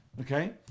okay